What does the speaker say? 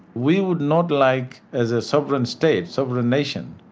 we would not like, as a sovereign state, sovereign nation,